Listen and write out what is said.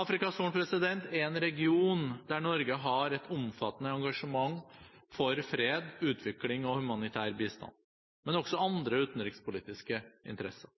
Afrikas Horn er en region der Norge har et omfattende engasjement for fred, utvikling og humanitær bistand, men også andre utenrikspolitiske interesser.